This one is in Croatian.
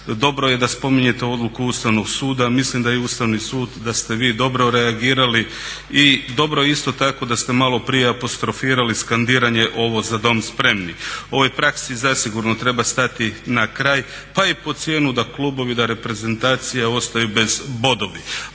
dobro je da spominjete odluku Ustavnog suda, mislim da ste vio dobro reagirali i dobro je isto tako da ste maloprije apostrofirali skandiranje ovo ″Za dom spremni″. Ovoj praksi zasigurno treba stati na kraj pa i pod cijenu da klubovi, da reprezentacije ostaju bez bodova.